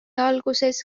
alguses